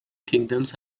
kingdoms